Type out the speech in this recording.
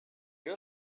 you